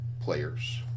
players